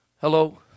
Hello